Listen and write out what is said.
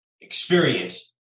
experience